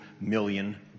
million